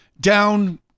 down